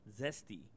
Zesty